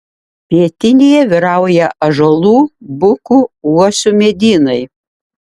pietinėje vyrauja ąžuolų bukų uosių medynai